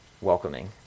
welcoming